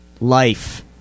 life